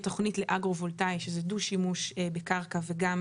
תוכנית לאגרו-וולטאי שזה דו-שימוש בקרקע וגם